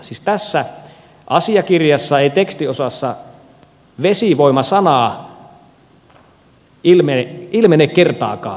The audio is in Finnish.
siis tässä asiakirjassa ei tekstiosassa vesivoima sanaa ilmene kertaakaan